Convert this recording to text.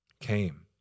came